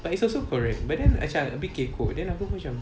but it's also correct but then actually I a bit kekok then aku pun macam